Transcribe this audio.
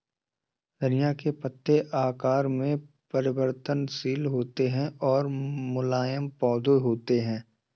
धनिया के पत्ते आकार में परिवर्तनशील होते हैं और मुलायम पौधे होते हैं